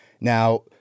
Now